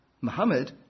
Muhammad